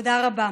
תודה רבה.